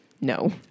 No